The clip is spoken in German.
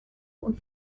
und